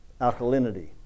alkalinity